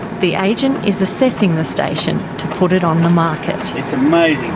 the agent is assessing the station to put it on the market.